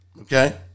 okay